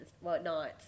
whatnot